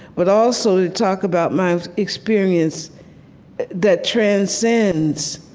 but also to talk about my experience that transcends